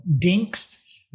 dinks